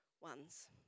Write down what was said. ones